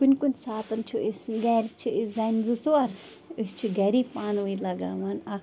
کُنہِ کُنہِ ساتہٕ چھِ أسۍ گَرِ چھِ أسۍ زَنہِ زٕ ژور أسۍ چھِ گَری پانہٕ ونۍ لگاوان اَکھ